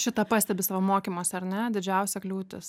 šitą pastebi savo mokymuose ar ne didžiausia kliūtis